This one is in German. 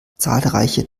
zahlreiche